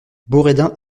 boredain